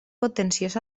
contenciós